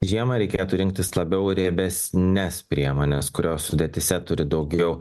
žiemą reikėtų rinktis labiau riebesnes priemones kurios sudėtyse turi daugiau